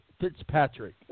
Fitzpatrick